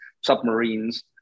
submarines